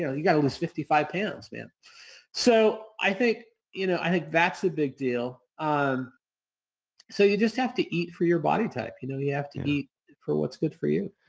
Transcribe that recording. you know you got to lose fifty five pounds. so, i think you know i think that's a big deal. um so, you just have to eat for your body type. you know you have to eat for what's good for you.